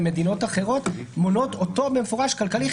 וגם מכיוון שהמלצות ה-OECD ומדינות אחרות מונות אותו במפורש: כלכלי,